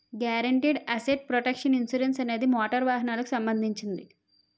guaranteed asset protection insurance అనేది motor వాహనాలకు సంబంధించినది